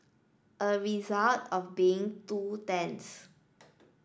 a result of being two tents